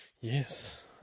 Yes